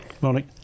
Morning